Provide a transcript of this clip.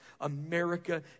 America